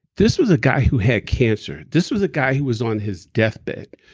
this was a guy who had cancer. this was a guy who was on his deathbed.